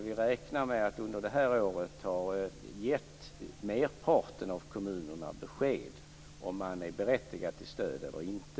Vi räknar med att under det här året ha gett merparten av kommunerna besked om man är berättigad till stöd eller inte.